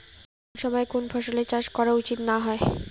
কুন সময়ে কুন ফসলের চাষ করা উচিৎ না হয়?